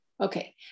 Okay